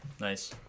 Nice